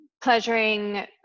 pleasuring